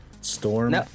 Storm